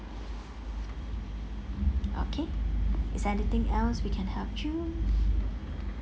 okay is there anything else we can help you